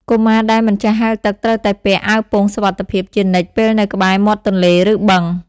កុមារដែលមិនចេះហែលទឹកត្រូវតែពាក់ អាវពោងសុវត្ថិភាព ជានិច្ចពេលនៅក្បែរមាត់ទន្លេឬបឹង។